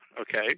okay